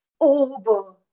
over